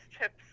chips